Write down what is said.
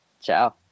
Ciao